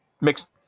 mixed